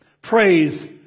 Praise